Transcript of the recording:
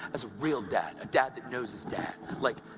as a real dad a dad that knows his dad. like,